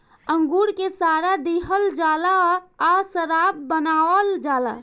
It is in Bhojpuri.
अंगूर के सड़ा दिहल जाला आ शराब बनावल जाला